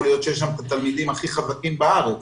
יכול להיות שיש שם תלמידים הכי הכי חזקים בארץ,